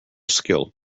skill